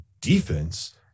defense